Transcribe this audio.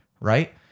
right